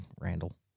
Randall